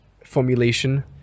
formulation